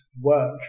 work